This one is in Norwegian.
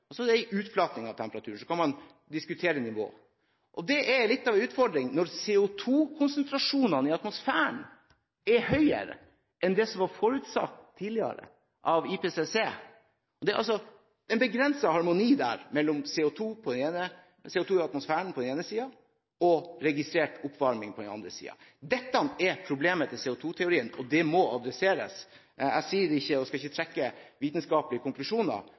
altså en utflating av temperaturen, og så kan man diskutere nivået. Det er litt av utfordringen når CO2-konsentrasjonene i atmosfæren er høyere enn det som tidligere var forutsatt av IPCC. Det er altså en begrenset harmoni mellom CO2 i atmosfæren på den ene siden og registrert oppvarming på den andre siden. Dette er problemet til CO2-teorien, og det må adresseres. Jeg skal ikke trekke vitenskapelige konklusjoner,